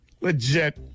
Legit